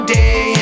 day